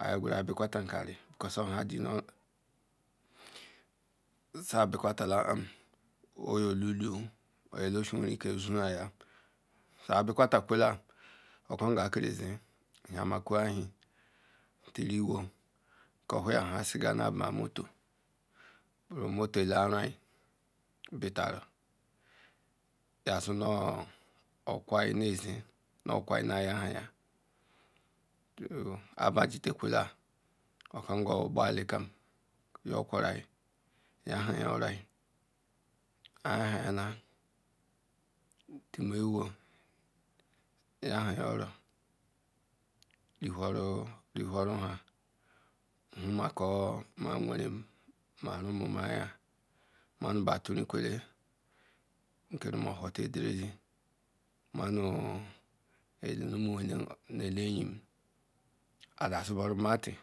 ya iguro be kwata nu okwan ramna sibi quatala ala sin warike suhan ake zen hen hen ko wuo ya nha si gal na boin wotor motor ela aronyen betaru oquar ne zen oquar na ya aba itala ogan obe ali ka yo qua jita, quoral yahan oro yin aya han na ti me iwo mma ko nwerenyin whom mayin ma nu ba ti ri kwale nko whoya aderizi manu rumu wenem ala ayin ada zi whoru matin.